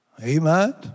Amen